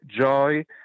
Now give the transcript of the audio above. joy